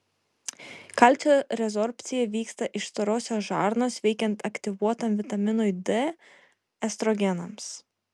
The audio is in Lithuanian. kalcio rezorbcija vyksta iš storosios žarnos veikiant aktyvuotam vitaminui d estrogenams